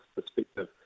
perspective